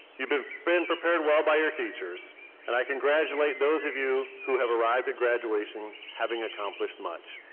you've been been prepared well by your teachers and i congratulate those of you who have arrived at graduation having accomplished much.